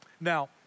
Now